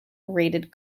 raided